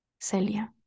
Celia